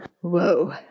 Whoa